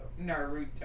Naruto